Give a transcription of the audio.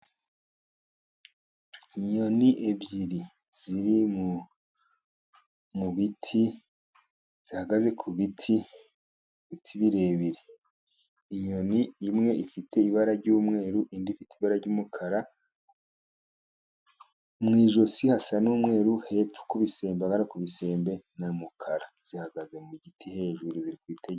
Inyoni ebyiri ziri mu biti, zihagaze ku biti birebire. Inyoni imwe ifite ibara ry'umweru, indi ifite ibara ry'umukara mu ijosi hasa n'umweru, hepfo ndabara ku bisembe, ni umukara. Zihagaze mu giti hejuru, ziri kwitegereza.